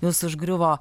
jus užgriuvo